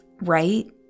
right